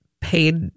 paid